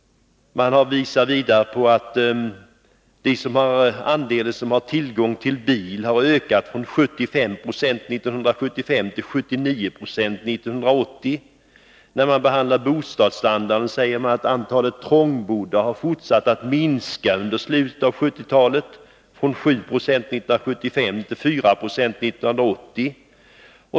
Man visar vidare på att andelen som hade tillgång till bil har ökat från 75 96 1975 till 79 96 1980. När det gäller bostadsstandarden säger man att antalet trångbodda har fortsatt att minska under slutet av 1970-talet från 7 96 1975 till 4 90 1980.